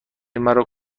مرا